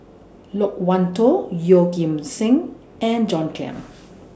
Loke Wan Tho Yeoh Ghim Seng and John Clang